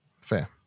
fair